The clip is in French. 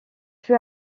fut